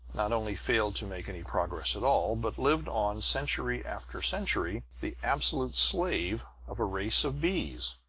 not only failed to make any progress at all, but lived on, century after century, the absolute slave of a race of bees!